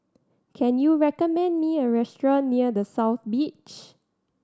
can you recommend me a restaurant near The South Beach